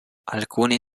alcuni